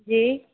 जी